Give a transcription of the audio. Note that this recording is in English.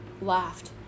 laughed